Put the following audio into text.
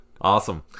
Awesome